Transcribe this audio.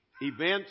Events